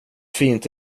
fint